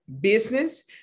business